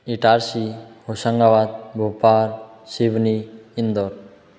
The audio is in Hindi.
इटारसी होशंगाबाद भोपाल सिवनी इंदौर